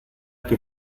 que